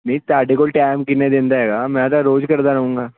ਨਹੀਂ ਤੁਹਾਡੇ ਕੋਲ ਟਾਈਮ ਕਿੰਨੇ ਦਿਨ ਦਾ ਹੈਗਾ ਮੈਂ ਤਾਂ ਰੋਜ਼ ਕਰਦਾ ਰਹੂੰਗਾ